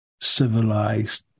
civilized